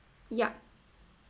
yup